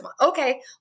Okay